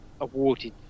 awarded